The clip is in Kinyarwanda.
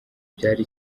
byari